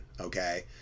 okay